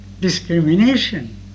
discrimination